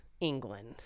England